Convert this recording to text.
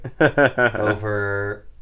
Over